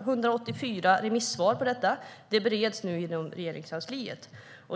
184 remissvar, och detta bereds nu inom Regeringskansliet.